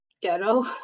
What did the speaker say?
ghetto